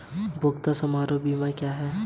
उपयोगिता समारोह बीमा क्या है?